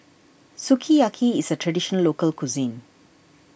Sukiyaki is a Traditional Local Cuisine